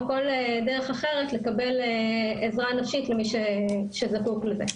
כל דרך אחת לתת עזרה נפשית לכל מי שזקוק לזה.